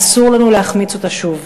אסור לנו להחמיץ אותה שוב.